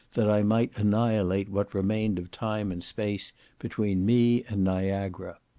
that i might annihilate what remained of time and space between me and niagara.